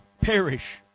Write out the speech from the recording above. perish